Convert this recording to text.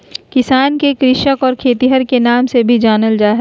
किसान के कृषक और खेतिहर के नाम से भी जानल जा हइ